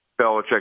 Belichick